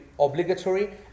obligatory